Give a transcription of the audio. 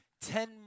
Ten